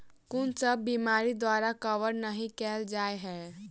कुन सब बीमारि द्वारा कवर नहि केल जाय है?